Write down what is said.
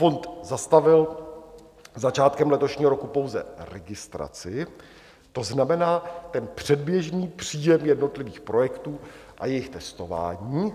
Fond zastavil začátkem letošního roku pouze registraci, to znamená předběžný příjem jednotlivých projektů a jejich testování.